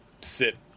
sit